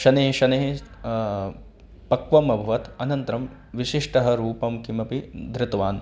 शनैः शनैः पक्वम् अभवत् अनन्तरं विशिष्टः रूपं किमपि धृतवान्